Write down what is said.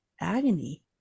agony